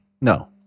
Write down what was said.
no